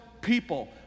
people